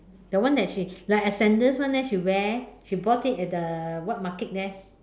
that one that she like a scandals one eh she wear she bought it at the wet market there